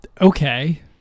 Okay